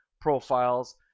profiles